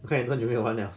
我看你太久没有玩了